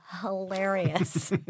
hilarious